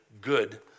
good